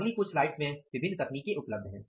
अगली कुछ स्लाइड्स में विभिन्न तकनीकें उपलब्ध हैं